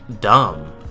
dumb